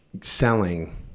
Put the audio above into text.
selling